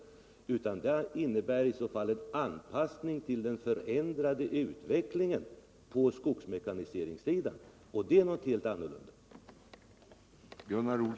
Det måste i så fall bli fråga om en anpassning till den förändrade utvecklingen på skogsmekaniseringssidan. Och det är något helt annat.